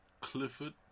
Clifford